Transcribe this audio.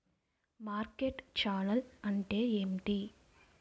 Market channel అంటే ఏంటి?